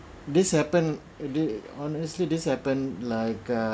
this happen they honestly this happen like uh